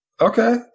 Okay